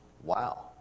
Wow